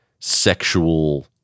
Sexual